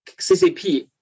CCP